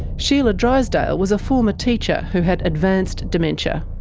sheila drysdale was a former teacher who had advanced dementia.